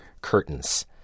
Curtains